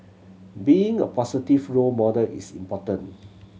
being a positive role model is important